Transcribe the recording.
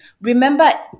Remember